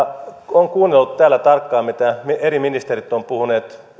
on kuunnellut täällä tarkkaan mitä eri ministerit ovat puhuneet